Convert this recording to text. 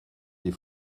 des